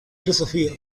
filosofía